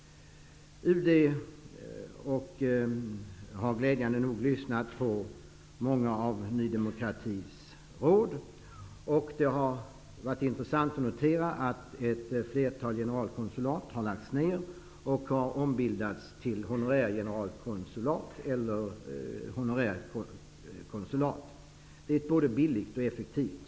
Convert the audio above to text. UD har glädjande nog lyssnat på många av Ny demokratis råd. Jag har också kunnat notera, vilket är intressant, att ett flertal generalkonsulat har ombildats till honorärgeneralkonsulat eller honorärkonsulat. Systemet är både billigt och effektivt.